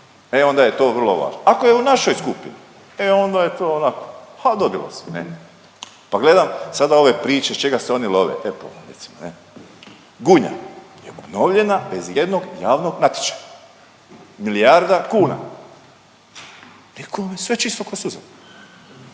e onda je to vrlo važno. Ako je u našoj skupini, e onda je to onako pa dobilo se. Ne? Pa gledam sada ove priče čega se oni love Gunja je obnovljena bez i jednog javnog natječaja, milijarda kuna. Nitko, sve čisto ko suza